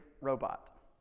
robot